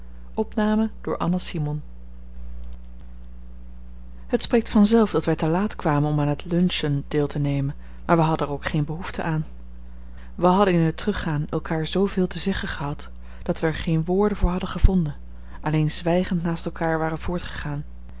het spreekt vanzelf dat wij te laat kwamen om aan het luncheon deel te nemen maar wij hadden er ook geen behoefte aan wij hadden in het teruggaan elkaar zooveel te zeggen gehad dat wij er geene woorden voor hadden gevonden en alleen zwijgend naast elkaar waren voortgegaan